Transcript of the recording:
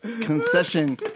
concession